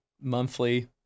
Monthly